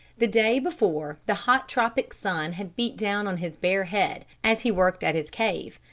the day before the hot tropic sun had beat down on his bare head, as he worked at his cave.